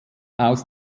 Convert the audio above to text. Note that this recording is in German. aus